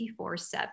24-7